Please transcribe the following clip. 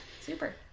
Super